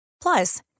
Plus